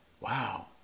Wow